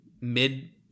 mid